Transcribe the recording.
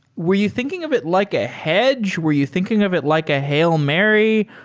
were you thinking of it like a hedge? were you thinking of it like a hail mary?